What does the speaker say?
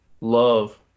love –